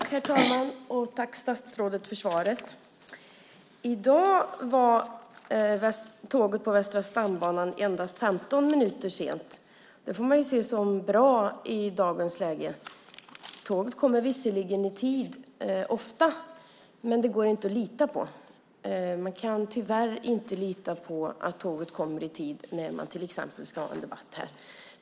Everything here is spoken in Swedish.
Herr talman! Tack, statsrådet, för svaret! I dag var tåget på Västra stambanan endast 15 minuter sent. Det får man se som bra i dagens läge. Tåget kommer visserligen i tid ofta, men det går inte att lita på det. Man kan tyvärr inte lita på att tåget kommer i tid när man till exempel ska ha en debatt här.